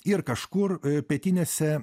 ir kažkur pietinėse